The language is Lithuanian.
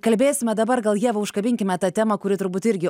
kalbėsime dabar gal ieva užkabinkime tą temą kuri turbūt irgi